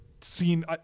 seen